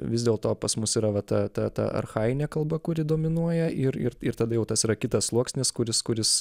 vis dėl to pas mus yra va ta ta ta archajinė kalba kuri dominuoja ir ir ir tada jau tas yra kitas sluoksnis kuris kuris